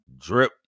drip